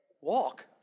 Walk